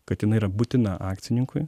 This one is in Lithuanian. kad jinai yra būtina akcininkui